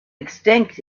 extinct